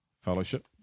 Fellowship